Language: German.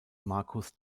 marcus